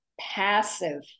passive